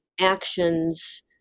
actions